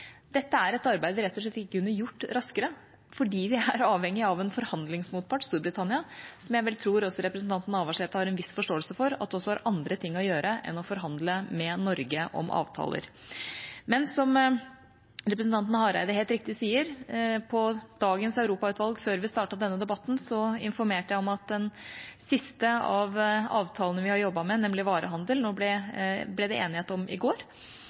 Dette er et arbeid vi rett og slett ikke kunne gjort raskere, fordi vi er avhengig av en forhandlingsmotpart, Storbritannia, som jeg tror representanten Navarsete har en viss forståelse for, har andre ting å gjøre enn å forhandle med Norge om avtaler. På dagens europautvalgsmøte før vi startet denne debatten, informerte jeg om at den siste av avtalene vi har jobbet med, nemlig om varehandel, ble det enighet om i går.